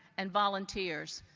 and volunteers.